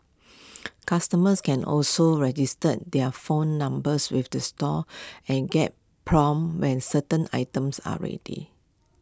customers can also register their phone numbers with the stores and get prompted when certain items are ready